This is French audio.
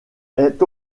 est